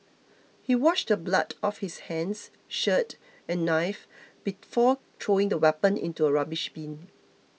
he washed the blood off his hands shirt and knife before throwing the weapon into a rubbish bin